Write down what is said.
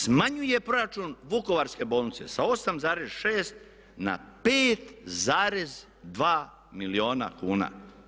Smanjuje proračun Vukovarske bolnice sa 8,6 na 5,2 milijuna kuna.